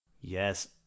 Yes